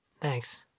Thanks